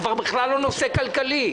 כבר בכלל הוא לא נושא כלכלי.